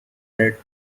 that